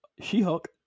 She-Hulk